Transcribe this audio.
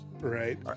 Right